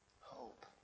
hope